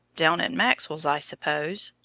down at maxwell's, i suppose?